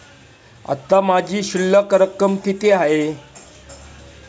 आता माझी शिल्लक रक्कम किती आहे?